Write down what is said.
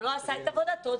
לא עשה את עבודתו,